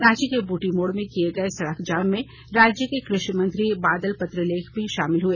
रांची के बूटी मोड़ में किये गए सड़क जाम में राज्य के कृषि मंत्री बादल प्रत्रलेख भी शामिल हुए